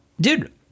Dude